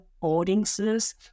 audiences